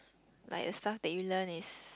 like a stuff they use one is